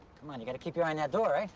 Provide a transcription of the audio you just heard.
come on, you gotta keep your eye on that door,